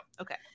Okay